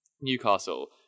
Newcastle